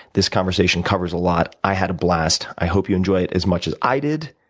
this conversation covers a lot. i had a blast. i hope you enjoy it as much as i did.